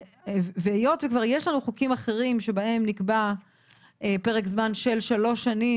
והיות שכבר יש לנו חוקים אחרים שבהם נקבע פרק זמן של שלוש שנים